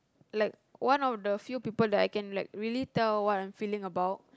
like one of the few people that I can like really tell what I'm feeling about